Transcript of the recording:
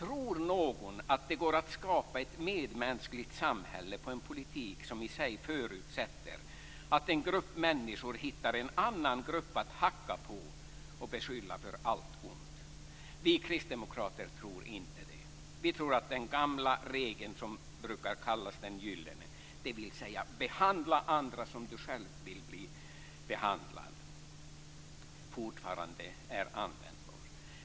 Tror någon att det går att skapa ett medmänskligt samhälle med en politik som i sig förutsätter att en grupp människor hittar en annan grupp att hacka på och beskylla för allt ont? Vi kristdemokrater tror inte det. Vi tror att den gamla regeln som brukar kallas den gyllne, dvs. behandla andra som du själv vill bli behandlad, fortfarande är användbar.